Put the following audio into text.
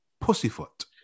pussyfoot